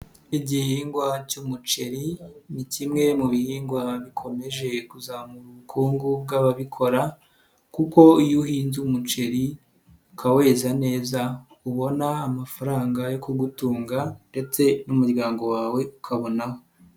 Igihingwa cy'umuceri ni kimwe mu bihingwa bikomeje kuzamura ubukungu bw'ababikora kuko iyo uhinze umuceri ukaweza neza, ubona amafaranga yo kugutunga ndetse n'umuryango wawe ukabonaho.